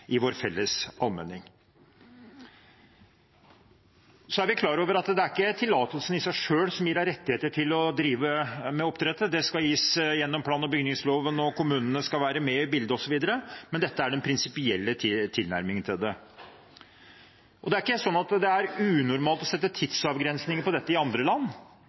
i vår felles allmenning. Så er vi klar over at det er ikke tillatelsen i seg selv som gir deg rettigheter til å drive med oppdrettet, det skal gis gjennom plan- og bygningsloven, og kommunene skal være med i bildet, osv., men dette er den prinsipielle tilnærmingen til det. Det er ikke sånn at det er unormalt å sette tidsavgrensninger på dette i andre land,